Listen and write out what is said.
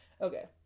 Okay